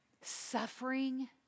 suffering